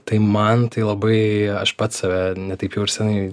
tai man tai labai aš pats save ne taip jau ir senai